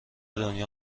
دنیا